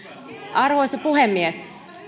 arvoisa puhemies